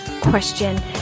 Question